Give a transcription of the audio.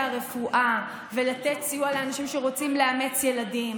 הרפואה ולתת סיוע לאנשים שרוצים לאמץ ילדים,